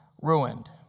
ruined